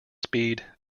speed